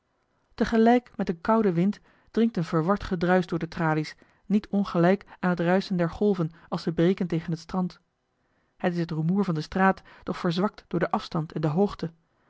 tegelijk met een kouden wind dringt een verward gedruisch door de tralies niet ongelijk aan het ruischen der golven als ze breken tegen het strand het is het rumoer van de straat doch verzwakt door den afstand en de hoogte